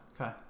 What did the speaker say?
Okay